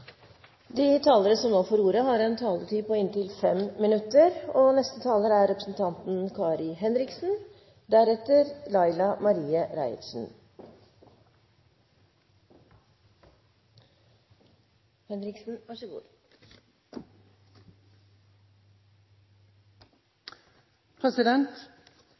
De talere som heretter får ordet, har en taletid på inntil 3 minutter. Først og fremst er